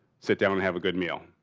sit down, and have a good meal.